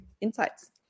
insights